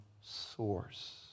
source